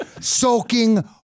Soaking